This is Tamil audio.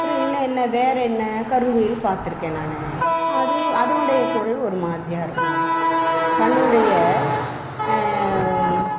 அப்புறம் இன்னும் என்ன வேறு என்ன கருங்குயில் பார்த்துருக்கேன் நான் அது அதனுடைய குரல் ஒரு மாதிரியாக இருக்கும் தன்னுடைய